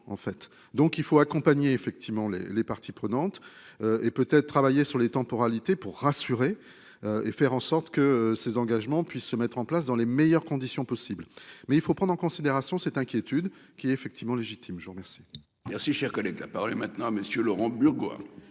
donc il faut accompagner effectivement les les parties prenantes. Et peut être travailler sur les temporalités pour rassurer. Et faire en sorte que ces engagements puisse se mettre en place dans les meilleures conditions possibles mais il faut prendre en considération cette inquiétude qui est effectivement légitime. Je vous remercie. Merci, cher collègue, la parole est maintenant à monsieur Laurent Bureau